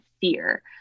fear